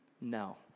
No